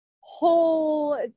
whole